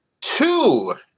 Two